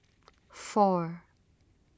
four